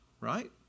right